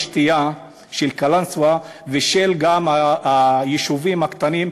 השתייה של קלנסואה וגם של היישובים הקטנים,